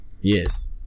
Yes